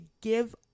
give